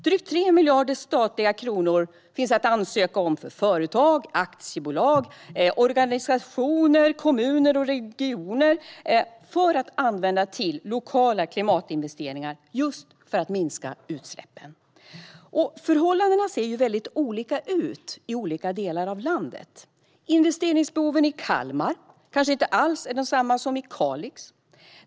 Drygt 3 miljarder statliga kronor finns att ansöka om för företag, aktiebolag, organisationer, kommuner och regioner att användas för lokala klimatinvesteringar för att minska utsläppen. Förhållandena ser olika ut i olika delar av landet. Investeringsbehoven i Kalmar kanske inte alls är desamma som i Kalix.